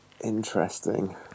Interesting